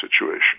situation